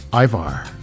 Ivar